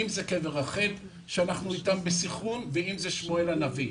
אם זה קבר רחל שאנחנו אתם בסנכרון ואם זה שמואל הנביא.